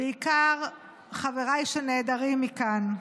ובעיקר חבריי שנעדרים מכאן,